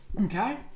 Okay